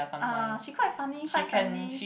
uh she quite funny quite friendly